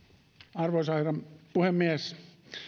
arvoisa herra puhemies